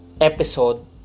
episode